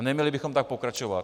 Neměli bychom tak pokračovat.